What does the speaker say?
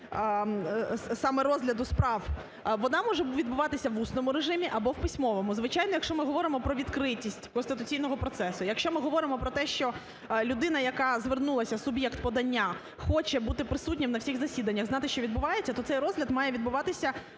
саме розгляду справ. Вона може відбуватись в усному режимі або в письмовому. Звичайно, якщо ми говоримо про відкритість конституційного процесу. Якщо ми говоримо про те, що людина, яка звернулась, суб'єкт подання, хоче бути присутнім на всіх засіданнях, знати, що відбувається, то цей розгляд має відбуватися